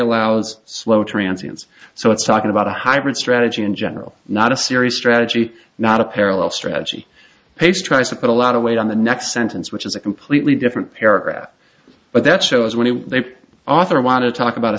allows slow transients so it's talking about a hybrid strategy in general not a series strategy not a parallel strategy pace tries to put a lot of weight on the next sentence which is a completely different paragraph but that shows when you they author want to talk about a